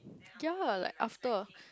ya like after